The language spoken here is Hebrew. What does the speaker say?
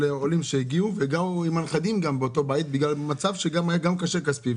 עולים שהגיעו וגרו עם הנכדים גם באותו בית בגלל מצב כספי קשה,